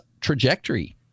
trajectory